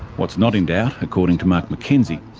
what is not in doubt, according to mark mckenzie,